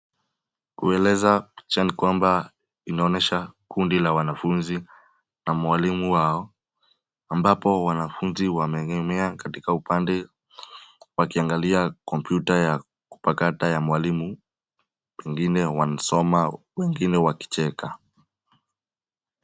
Kueleza picha ni kwamba inaonyesha kundi la wanafunzi na mwalimu wao, ambapo wanafunzi wameenea katika upande wakiangalia kompyuta ya kupakata ya mwalimu. Wengine wanasoma wengine wakicheka.